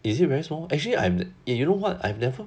is it very small actually I'm eh you know what I've never